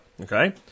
Okay